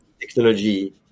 technology